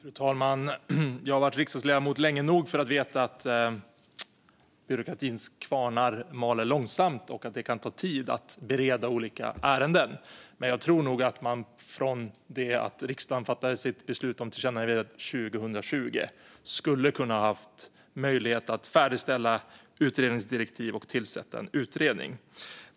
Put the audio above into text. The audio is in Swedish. Fru talman! Jag har varit riksdagsledamot länge nog för att veta att byråkratins kvarnar mal långsamt och att det kan ta tid att bereda olika ärenden. Men jag tror att man från det att riksdagen fattade sitt beslut om tillkännagivandet 2020 skulle ha kunnat färdigställa utredningsdirektiv och tillsätta en utredning.